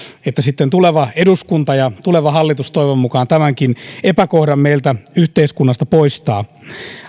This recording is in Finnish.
että sitten tuleva eduskunta ja tuleva hallitus toivon mukaan tämänkin epäkohdan meiltä yhteiskunnasta poistaa